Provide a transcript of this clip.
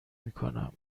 میکنم